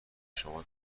شما